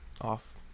off